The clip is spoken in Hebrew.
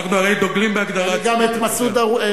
אנחנו הרי דוגלים בהגדרה עצמית,